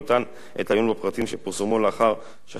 את העיון בפרטים שפורסמו לאחר שחלפה תקופת הפרסום.